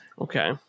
Okay